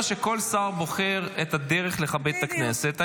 אבל אני אומר שכל שר בוחר את הדרך לכבד את הכנסת.